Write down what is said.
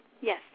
Yes